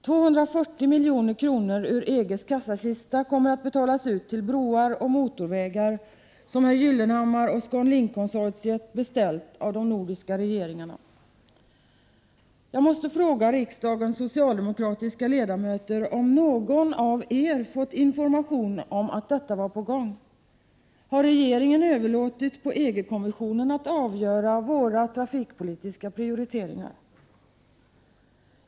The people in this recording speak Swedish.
Ur EG:s kassakista kommer 240 milj.kr. att betalas ut till broar och motorvägar som herr Gyllenhammar och ScanLink-konsortiet beställt av de nordiska regeringarna. Jag måste fråga riksdagens socialdemokratiska ledamöter om någon av er fått information om att detta var på gång. Har regeringen överlåtit åt EG-komissionen att avgöra våra trafikpolitiska prioriteringar?